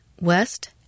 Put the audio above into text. West